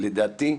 לדעתי,